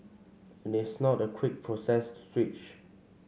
it is not a quick process to switch